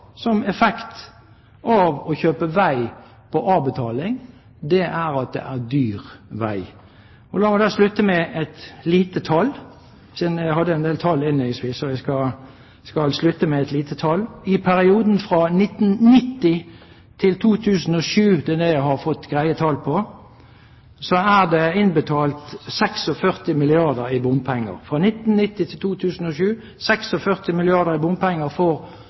som effekt av å kjøpe vei på avbetaling, er at det er dyr vei. La meg da slutte med et lite tall, siden jeg hadde en del tall innledningsvis. I perioden fra 1990 til 2007 – det er det jeg har fått greie tall på – er det innbetalt 46 milliarder kr i bompenger for å bygge viktige prosjekter. Men 15 milliarder